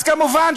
אז כמובן,